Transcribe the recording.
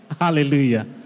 Hallelujah